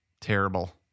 Terrible